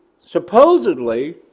supposedly